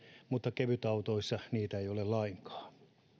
mutta kevytautoissa niitä ei ole lainkaan